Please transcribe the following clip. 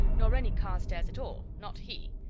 nor any carstairs at all not he!